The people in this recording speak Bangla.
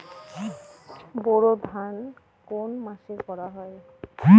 বোরো ধান কোন মাসে করা হয়?